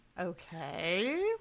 Okay